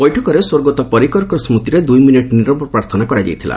ବୈଠକରେ ସ୍ୱର୍ଗତ ପରିକରଙ୍କ ସ୍କୃତିରେ ଦୁଇ ମିନିଟ୍ ନିରବ ପ୍ରାର୍ଥନା କରାଯାଇଥିଲା